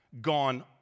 gone